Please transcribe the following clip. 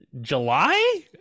July